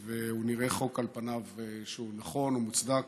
זה נראה חוק שעל פניו הוא נכון ומוצדק,